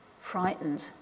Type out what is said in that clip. frightened